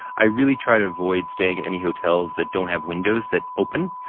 i really try to avoid staying at any hotels that don't have windows that open.